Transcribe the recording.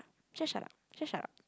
just shut up just shut up